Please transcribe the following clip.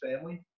family